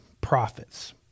profits